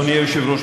אדוני היושב-ראש,